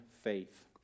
faith